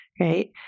right